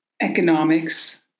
economics